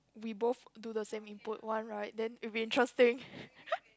we both do the same input one right then it'll be interesting